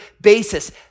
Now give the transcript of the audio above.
basis